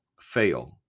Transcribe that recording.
fail